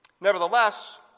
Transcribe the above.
Nevertheless